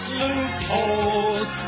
loopholes